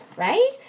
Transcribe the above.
right